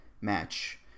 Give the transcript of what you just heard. match